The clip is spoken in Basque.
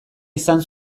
izan